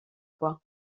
voie